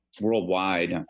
Worldwide